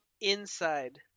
inside